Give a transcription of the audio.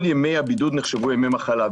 כל ימי הבידוד נחשבו ימי מחלה,